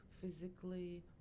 physically